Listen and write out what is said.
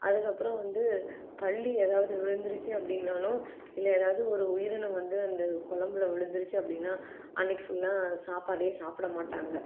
அதுக்கப்புறம் வந்து பல்லி ஏதாவது விழுந்துருச்சி அப்படின்னாலும் இல்லை எதாவது ஒரு உயிரினம் வந்து அந்த குழம்புல விழுந்துருச்சி அப்படின்னா அன்னைக்கு ஃபுல்லாக சாப்பாடே சாப்பிடமாட்டாங்க